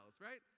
right